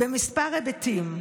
בכמה היבטים.